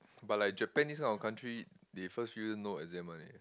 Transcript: but like Japan this kind of country they first few years no exam one eh